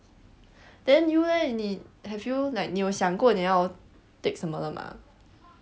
then you leh 你 have you like 你有想过你要 take 什么了吗